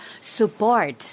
support